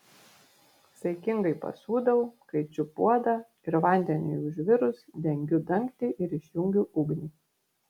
saikingai pasūdau kaičiu puodą ir vandeniui užvirus dengiu dangtį ir išjungiu ugnį